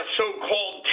so-called